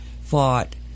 fought